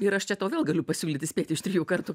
ir aš čia tau vėl galiu pasiūlyti spėti iš trijų kartų